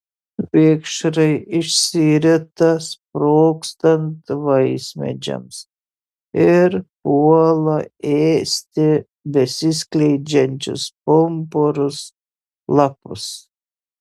vikšrai išsirita sprogstant vaismedžiams ir puola ėsti besiskleidžiančius pumpurus lapus